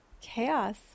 chaos